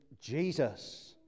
Jesus